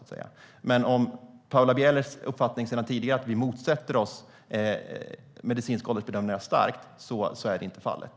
Jag vet inte om Paula Bielers uppfattning sedan tidigare är att vi starkt motsätter oss medicinska åldersbedömningar. Så är inte fallet.